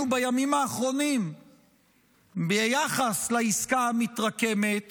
בימים האחרונים ביחס לעסקה המתרקמת